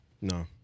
No